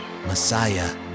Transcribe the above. messiah